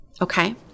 Okay